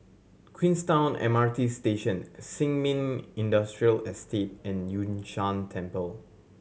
Queenstown M R T Station Sin Ming Industrial Estate and Yun Shan Temple